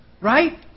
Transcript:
Right